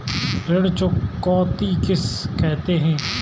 ऋण चुकौती किसे कहते हैं?